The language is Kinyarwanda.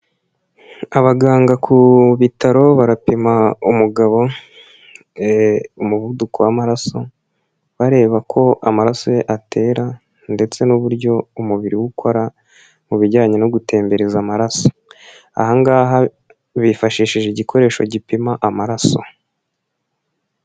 Abaganga ku bitaro barapima umugabo, umuvuduko w'amaraso, bareba ko amaraso ye atera ndetse n'uburyo umubiri ukora, mu bijyanye no gutembereza amaraso, aha ngaha bifashishije igikoresho gipima amaraso.